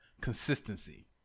consistency